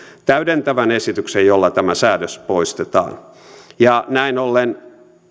täydentävän esityksen jolla tämä säädös poistetaan ja näin ollen